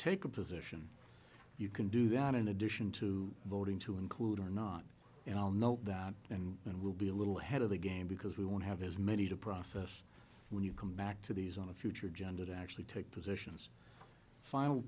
take a position you can do that in addition to voting to include or not and i'll note that and will be a little ahead of the game because we won't have as many to process when you come back to these on a future gender to actually take positions final